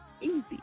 Easy